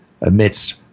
amidst